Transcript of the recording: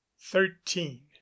thirteen